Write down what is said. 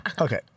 Okay